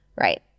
right